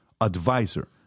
Advisor